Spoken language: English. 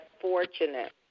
fortunate